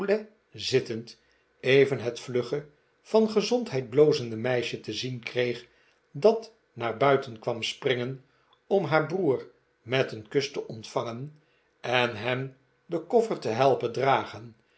zittend even het vlugge van gezondheid blozende meisje te zien kreeg dat naar buiten kwam springen om haar broer met j een kus te ontvangen en hem den koffer te helpen dragen